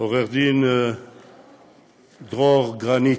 עורך-דין דרור גרנית,